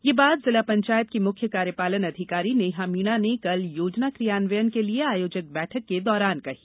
ये बात जिला पंचायत की मुख्य कार्यपालन अधिकारी नेहा मीणा ने कल योजना क्रियान्वयन के लिए आयोजित बैठक के दौरान कही